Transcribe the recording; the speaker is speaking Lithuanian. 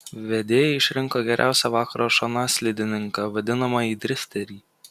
vedėjai išrinko geriausią vakaro šonaslydininką vadinamąjį drifterį